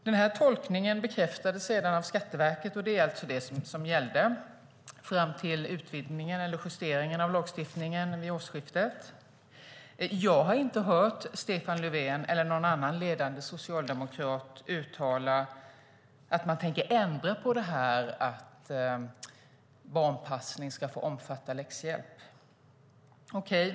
Denna tolkning bekräftades sedan av Skatteverket, och det var den som gällde fram till utvidgningen eller justeringen av lagstiftningen vid årsskiftet. Jag har inte hört Stefan Löfven eller någon annan ledande socialdemokrat uttala att de tänker ändra på att barnpassning ska få omfatta läxhjälp.